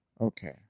Okay